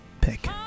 pick